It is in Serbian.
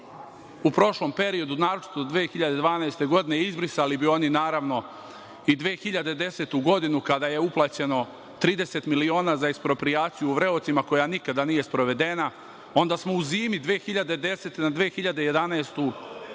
u prošlom periodu, naročito 2012. godine. Izbrisali bi oni, naravno, i 2010. godinu kada je uplaćeno 30 miliona za eksproprijaciju u Vreocima, koja nikada nije sprovedena. Onda smo u zimu 2010. na 20111. godinu